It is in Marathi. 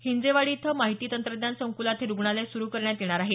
हिंजेवाडी इथं माहिती तंत्रज्ञान संकुलात हे रुग्णालय सुरु करण्यात येणार आहे